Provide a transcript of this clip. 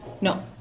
no